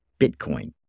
Bitcoin